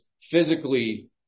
physically